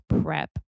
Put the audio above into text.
prep